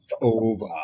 over